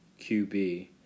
QB